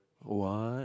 what